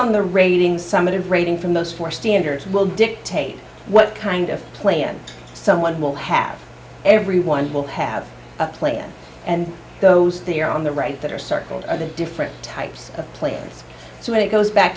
on the rating summative rating from those four standards will dictate what kind of plant someone will have everyone will have a plan and those three are on the right that are circled are the different types of players so when it goes back